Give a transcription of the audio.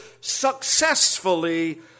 successfully